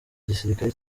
gisirikare